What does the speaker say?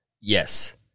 Yes